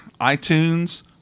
iTunes